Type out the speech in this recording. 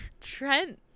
Trent